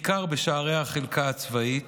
בעיקר בשערי החלקה הצבאית,